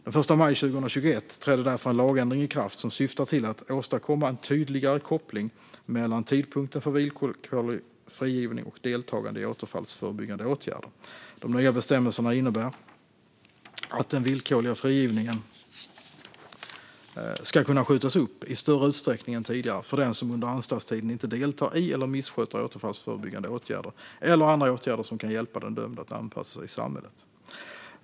Den 1 maj 2021 trädde därför en lagändring i kraft som syftar till att åstadkomma en tydligare koppling mellan tidpunkten för villkorlig frigivning och deltagande i återfallsförebyggande åtgärder. De nya bestämmelserna innebär att den villkorliga frigivningen ska kunna skjutas upp i större utsträckning än tidigare för den som under anstaltstiden inte deltar i eller missköter återfallsförebyggande åtgärder eller andra åtgärder som kan hjälpa den dömde att anpassa sig i samhället.